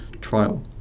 trial